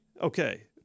Okay